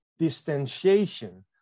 distanciation